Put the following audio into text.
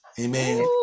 amen